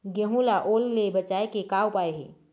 गेहूं ला ओल ले बचाए के का उपाय हे?